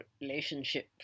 relationship